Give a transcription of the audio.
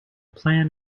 plan